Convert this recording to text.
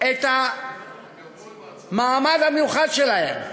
את המעמד המיוחד שלהם.